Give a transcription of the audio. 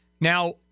Now